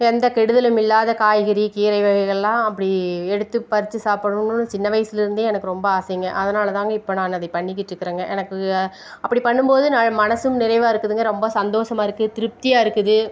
எந்த கெடுதலும் இல்லாத காய்கறி கீரை வகைகளெலாம் அப்படி எடுத்து பறித்து சாப்பிடணுன்னு சின்ன வயசுலேருந்தே எனக்கு ரொம்ப ஆசைங்க அதனால் தாங்க இப்போ நான் அதை பண்ணிக்கிட்டுருக்குறேங்க எனக்கு அப்படி பண்ணும் போது நான் மனசும் நிறைவாக இருக்குதுங்க ரொம்ப சந்தோசமா இருக்குது திருப்தியாக இருக்குது